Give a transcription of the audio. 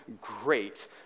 great